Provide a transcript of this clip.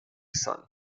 son